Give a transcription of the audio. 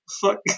fuck